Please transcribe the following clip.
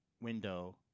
window